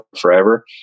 forever